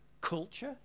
culture